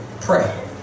Pray